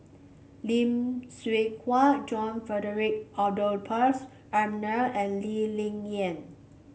Lim Hwee Hua John Frederick Adolphus McNair and Lee Ling Yen